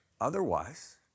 Otherwise